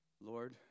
Lord